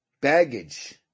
baggage